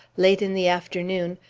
late in the afternoon,